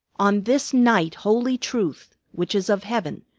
on this night holy truth, which is of heaven,